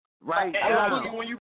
right